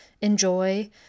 enjoy